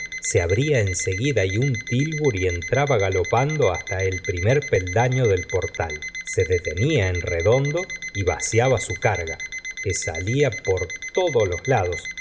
se abría en seguida y un tilbury entraba galopando hasta el primer peldaño del portal se detenía en redondo y vaciaba su carga que salía por todos los lados